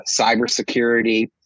cybersecurity